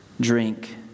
drink